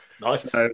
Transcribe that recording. Nice